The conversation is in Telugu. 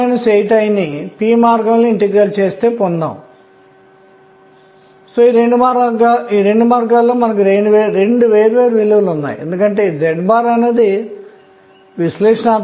మరియు స్పిన్ యాంగులార్ మొమెంటం యొక్క ఈ 2 విలువలు వెండి పరమాణువుల పుంజం మరియు స్టెర్న్ గెర్లాచ్ ప్రయోగాలు 2 గా విభజించడానికి దారితీశాయి